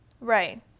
right